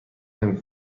نمی